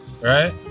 right